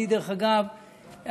דרך אגב,